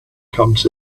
comes